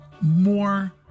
more